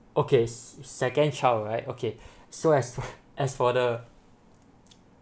okay s~ second child right okay so as as for the